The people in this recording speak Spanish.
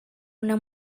una